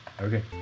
Okay